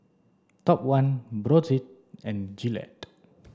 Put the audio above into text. Top One Brotzeit and Gillette